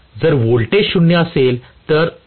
जर व्होल्टेज 0 असेल